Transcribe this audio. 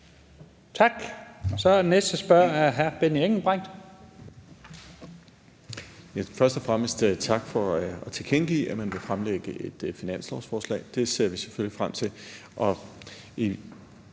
Engelbrecht. Kl. 11:09 Benny Engelbrecht (S): Først og fremmest tak for at tilkendegive, at man vil fremlægge et finanslovsforslag. Det ser vi selvfølgelig frem til.